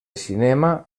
cinema